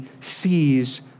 sees